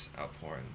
outpouring